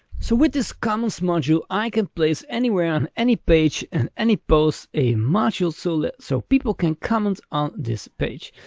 so with this comments module, i can place anywhere on any page and any post a module so that so people can comment on this page.